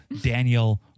Daniel